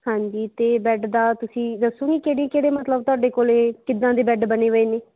ਹਾਂਜੀ ਅਤੇ ਬੈੱਡ ਦਾ ਤੁਸੀਂ ਦੱਸੋਗੇ ਕਿਹੜੀ ਕਿਹੜੇ ਮਤਲਬ ਤੁਹਾਡੇ ਕੋਲ ਕਿੱਦਾਂ ਦੇ ਬੈੱਡ ਬਣੇ ਹੋਏ ਨੇ